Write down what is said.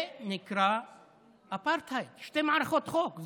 זה נקרא אפרטהייד, שתי מערכות חוק.